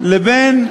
לנושא הבא על